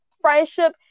friendship